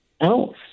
else